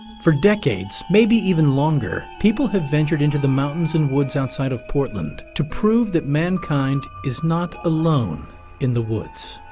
for decades maybe even longer, people have ventured into the mountains and woods outside of portland to prove that mankind is not alone in the woods.